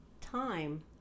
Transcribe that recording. time